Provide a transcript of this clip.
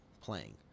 playing